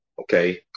Okay